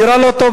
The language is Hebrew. נראה לא טוב,